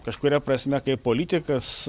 kažkuria prasme kaip politikas